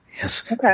Yes